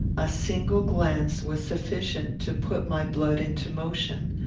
a single glance was sufficient to put my blood into motion.